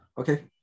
Okay